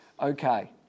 okay